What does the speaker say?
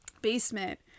basement